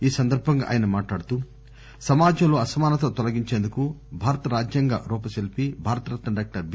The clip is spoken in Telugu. ఈ సందర్బంగా ఆయన సమాజంలో అసమానతలు తొలగించేందుకు భారత రాజ్యాంగ రూపశిల్పి భారతరత్న డాక్టర్ బి